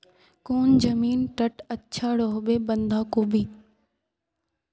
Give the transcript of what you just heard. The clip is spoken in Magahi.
कौन जमीन टत अच्छा रोहबे बंधाकोबी?